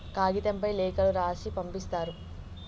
కాగితంపై లేఖలు రాసి పంపిస్తారు